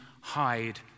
hide